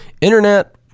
Internet